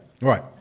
right